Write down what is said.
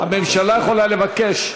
הממשלה יכולה לבקש.